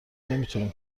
نمیتونیم